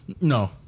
no